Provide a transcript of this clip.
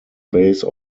base